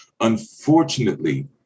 Unfortunately